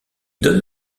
donne